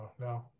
no